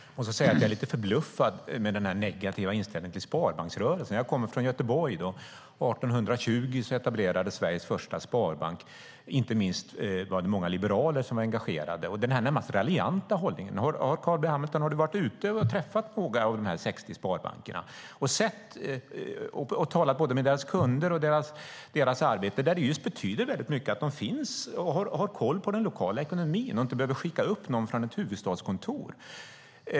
Fru talman! Jag måste säga att jag är lite förbluffad över den negativa inställningen till sparbanksrörelsen. Jag kommer från Göteborg. År 1820 etablerades där Sveriges första sparbank. Inte minst var det många liberaler som var engagerade. Carl B Hamilton har en närmast raljant hållning - har du varit ute och träffat några av de 60 sparbankerna och talat med deras kunder om vad det betyder att sparbankerna finns och har koll på den lokala ekonomin och inte behöver skicka upp någon från ett huvudstadskontor?